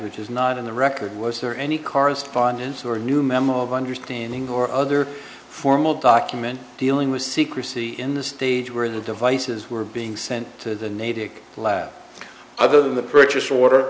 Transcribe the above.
which is not in the record was there any correspondence or new memo of understanding or formal document dealing with secrecy in the stage where the devices were being sent to the natick lab other than the purchase order